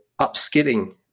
upskilling